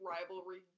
rivalry